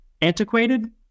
Antiquated